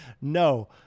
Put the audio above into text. No